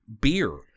beer